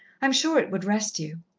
am sure it would rest you.